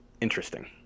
interesting